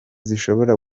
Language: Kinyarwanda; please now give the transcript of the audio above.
zishobora